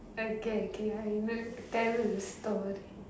okay okay I will tell you a story